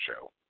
show